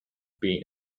been